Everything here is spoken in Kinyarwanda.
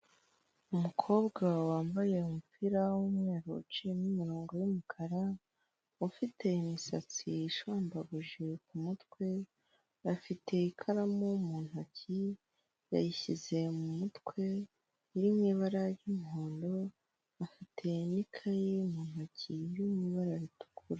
Umukobwa wambaye umupira w'umweru uciyemo umurongo w'umukara, ufite imisatsi ishwambaguje ku mutwe. Afite ikaramu mu ntoki, yayishyize mu mutwe, iri mu ibara ry'umuhondo, afite n'ikaye mu ntoki yo mu ibara ritukura.